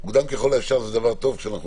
"מוקדם ככל האפשר" זה דבר טוב כשאנחנו